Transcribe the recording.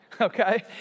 okay